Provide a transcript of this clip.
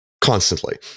constantly